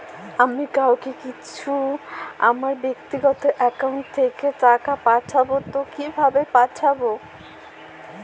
আমি কাউকে কিছু আমার ব্যাক্তিগত একাউন্ট থেকে টাকা পাঠাবো তো কিভাবে পাঠাবো?